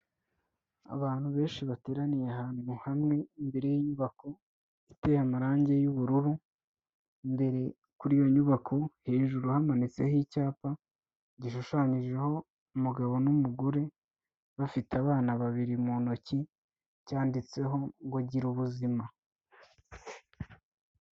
Abantu benshi bateraniye ahantu hamwe imbere y'inyubako, iteye amarangi y'ubururu, imbere kuri iyo nyubako hejuru hamanitseho icyapa gishushanyijeho umugabo n'umugore bafite abana babiri mu ntoki, cyanditseho ngo: "Gira ubuzima".